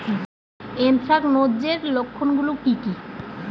Anthracnose এর লক্ষণ গুলো কি কি?